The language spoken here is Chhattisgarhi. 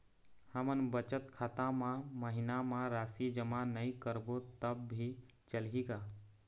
हमन बचत खाता मा महीना मा राशि जमा नई करबो तब भी चलही का?